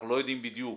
אנחנו לא יודעים בדיוק